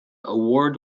award